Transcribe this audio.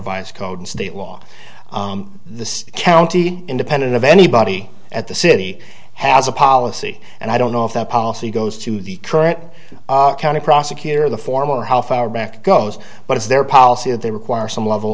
vias code state law the county independent of anybody at the city has a policy and i don't know if that policy goes to the current county prosecutor the formal how far back goes but it's their policy that they require some level